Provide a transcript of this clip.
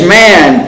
man